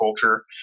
culture